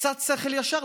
קצת שכל ישר,